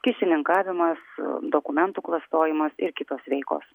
kyšininkavimas dokumentų klastojimas ir kitos veikos